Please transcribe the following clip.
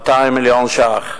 200 מיליון שקל.